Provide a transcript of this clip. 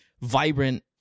vibrant